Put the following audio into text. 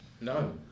No